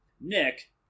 Nick